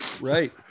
Right